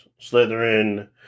Slytherin